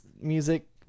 music